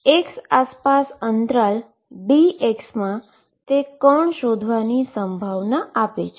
જે x આસપાસ interval Δx માં તે પાર્ટીકલ શોધવાની પ્રોબેબીલીટી આપે છે